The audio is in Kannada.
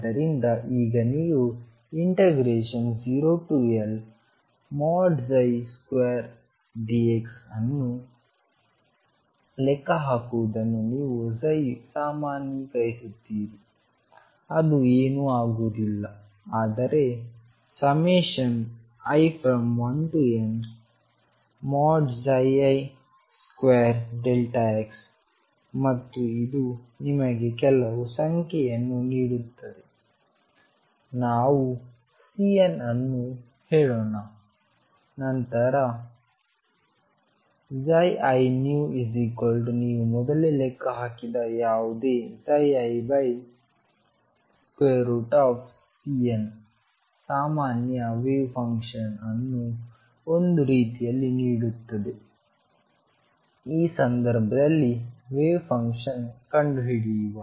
ಆದ್ದರಿಂದ ಈಗ ನೀವು 0L2dx ಅನ್ನು ಲೆಕ್ಕಹಾಕುವದನ್ನು ನೀವು ಸಾಮಾನ್ಯೀಕರಿಸುತ್ತೀರಿ ಅದು ಏನೂ ಆಗುವುದಿಲ್ಲ ಆದರೆ i1Ni2x ಮತ್ತು ಇದು ನಿಮಗೆ ಕೆಲವು ಸಂಖ್ಯೆಯನ್ನು ನೀಡುತ್ತದೆ ನಾವು CN ಅನ್ನು ಹೇಳೋಣ ನಂತರ inew ನೀವು ಮೊದಲೇ ಲೆಕ್ಕ ಹಾಕಿದ ಯಾವುದೇ iCN ಸಾಮಾನ್ಯ ವೇವ್ ಫಂಕ್ಷನ್ ಅನ್ನು ಒಂದು ರೀತಿಯಲ್ಲಿ ನೀಡುತ್ತದೆ ಈ ಸಂದರ್ಭದಲ್ಲಿ ವೇವ್ ಫಂಕ್ಷನ್ ಕಂಡುಹಿಡಿಯುವ